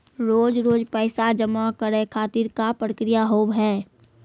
रोज रोज पैसा जमा करे खातिर का प्रक्रिया होव हेय?